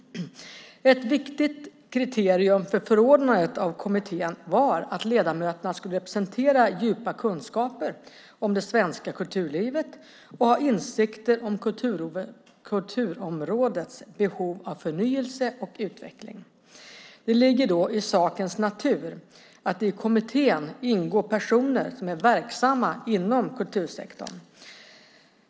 Ett viktigt kriterium vid förordnandet av kommittén var att ledamöterna skulle representera djupa kunskaper om det svenska kulturlivet och ha insikter om kulturområdets behov av förnyelse och utveckling. Det ligger då i sakens natur att det i kommittén ingår personer som är verksamma inom kultursektorn.